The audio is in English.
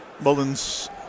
Mullins